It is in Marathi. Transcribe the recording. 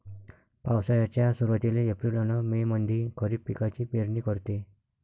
पावसाळ्याच्या सुरुवातीले एप्रिल अन मे मंधी खरीप पिकाची पेरनी करते